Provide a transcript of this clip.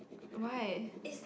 why